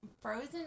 frozen